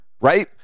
right